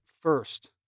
first